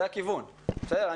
זה הכיוון, בסדר?